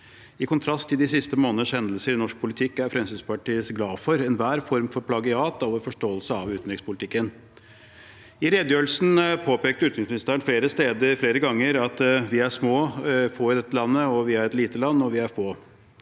I kontrast til de siste måneders hendelser i norsk politikk er Fremskrittspartiet glad for enhver form for plagiat av vår forståelse av utenrikspolitikken. I redegjørelsen påpekte utenriksministeren flere steder flere ganger at vi er små og få i dette landet. Vi er et lite land, og vi er få.